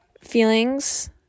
feelings –